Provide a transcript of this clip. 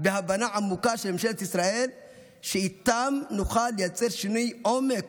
והבנה עמוקה של ממשלת ישראל שאיתם נוכל לייצר שינוי עומק